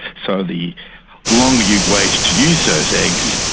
so the longer you wait to use those eggs,